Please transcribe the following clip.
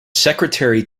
secretary